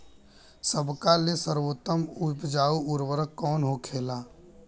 सबका ले सर्वोत्तम उपजाऊ उर्वरक कवन होखेला?